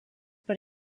per